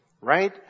right